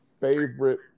favorite